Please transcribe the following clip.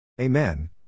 Amen